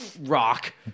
rock